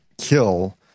kill